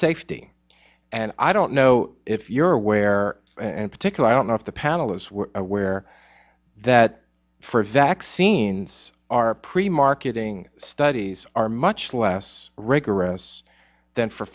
safety and i don't know if you're aware and particular i don't know if the panel is we're aware that for vaccines are pre marketing studies are much less rigorous than for